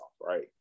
Right